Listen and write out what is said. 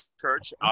Church